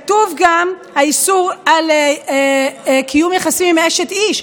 כתוב גם האיסור על קיום יחסים עם אשת איש.